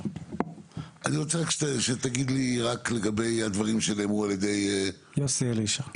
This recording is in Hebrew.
אני רוצה רק שתגיד לי רק לגבי הדברים שנאמרו על ידי יוסי אלישע,